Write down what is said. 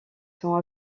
sont